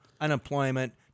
unemployment